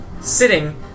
sitting